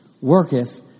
worketh